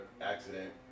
accident